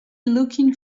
looking